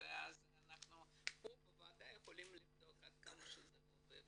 ואנחנו פה בוועדה יכולים לבדוק עד כמה שזה עובד.